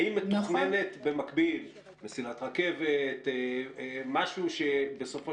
האם מתוכננת במקביל מסילת רכבת או משהו שבסופו